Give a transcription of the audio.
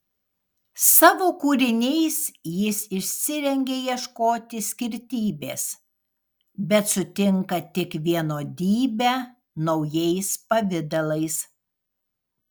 savo kūriniais jis išsirengia ieškoti skirtybės bet sutinka tik vienodybę naujais pavidalais